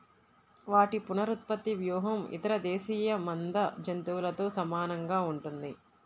వాటి పునరుత్పత్తి వ్యూహం ఇతర దేశీయ మంద జంతువులతో సమానంగా ఉంటుంది